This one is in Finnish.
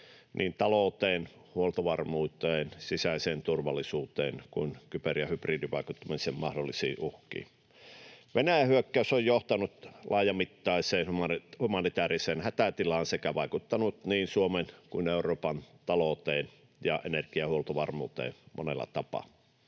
niin talouteen, huoltovarmuuteen, sisäiseen turvallisuuteen kuin kyber- ja hybridivaikuttamisen mahdollisiin uhkiin. Venäjän hyökkäys on johtanut laajamittaiseen humanitääriseen hätätilaan sekä vaikuttanut niin Suomen kuin Euroopan talouteen ja energiahuoltovarmuuteen monella tapaa.